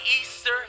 Easter